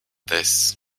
this